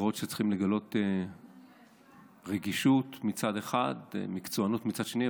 לגלות רגישות מצד אחד ומקצוענות מצד שני,